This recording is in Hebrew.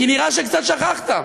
כי נראה שקצת שכחת.